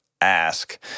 ask